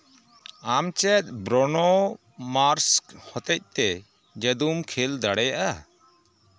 ᱟᱢ ᱪᱮᱫ ᱵᱨᱚᱱᱳ ᱢᱟᱨᱥ ᱦᱚᱛᱮᱡᱛᱮ ᱡᱟᱹᱫᱩᱢ ᱠᱷᱮᱞ ᱫᱟᱲᱮᱭᱟᱜᱼᱟ